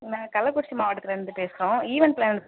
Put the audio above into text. நாங்கள் கள்ளக்குறிச்சி மாவட்டத்திலேர்ந்து பேசுகிறோம் ஈவென்ட் ப்ளான்